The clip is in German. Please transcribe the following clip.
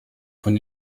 von